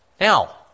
now